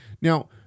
Now